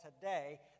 today